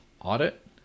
audit